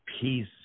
peace